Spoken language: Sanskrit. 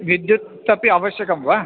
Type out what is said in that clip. विद्युदपि आवश्यकं वा